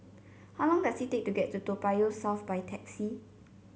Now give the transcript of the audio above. how long does it take to get to Toa Payoh South by taxi